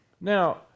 Now